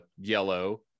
yellow